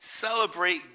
Celebrate